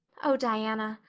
oh, diana,